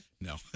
No